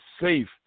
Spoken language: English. safe